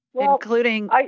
including